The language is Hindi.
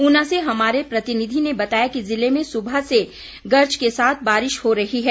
ऊना से हमारे प्रतिनिधि ने बताया कि जिले में सुबह से गर्ज के साथ वर्षा हो रही है